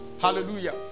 Hallelujah